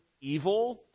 evil